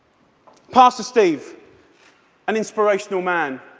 pastor steve an inspirational man,